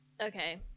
okay